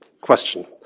question